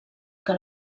que